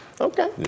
Okay